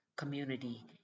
community